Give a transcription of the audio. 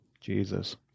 Jesus